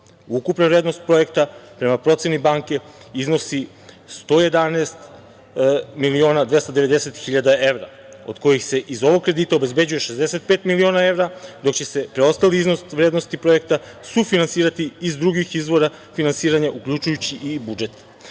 Ukupna vrednost projekta, prema proceni banke, iznosi 111.210.000 evra, od kojih se iz ovog kredita obezbeđuje 65 miliona evra, dok će se preostali iznos vrednosti projekta sufinansirati iz drugih izvora finansiranja, uključujući i